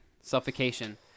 suffocation